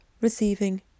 receiving